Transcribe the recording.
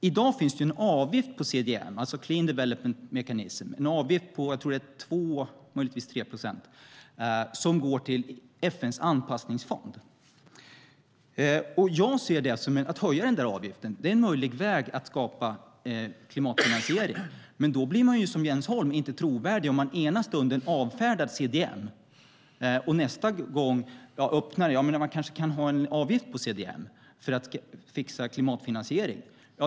I dag finns en avgift på CDM, Clean Development Mechanism, på 2, möjligtvis 3, procent, som går till FN:s anpassningsfond. Jag anser att en höjning av avgiften är en möjlig väg att skapa en klimatfinansiering. Men man blir, som Jens Holm, inte trovärdig om man ena stunden avfärdar CDM och nästa gång anser att man kan ha en avgift på CDM för att fixa klimatfinansiering.